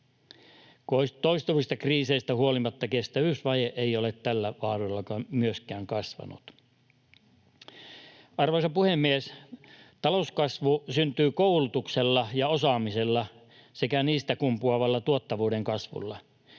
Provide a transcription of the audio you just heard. Toistuvista kriiseistä huolimatta kestävyysvaje ei ole tällä vaalikaudella myöskään kasvanut. Arvoisa puhemies! Talouskasvu syntyy koulutuksella ja osaamisella sekä niistä kumpuavalla tuottavuuden kasvulla.